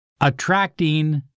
Attracting